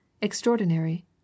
Extraordinary